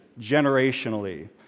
generationally